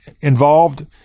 involved